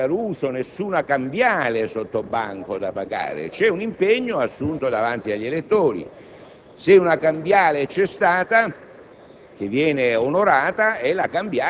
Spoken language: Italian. Quindi non c'è - mi rivolgo al collega Caruso - alcuna cambiale sottobanco da pagare, ma c'è un impegno assunto davanti agli elettori. Se una cambiale, che viene